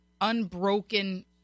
unbroken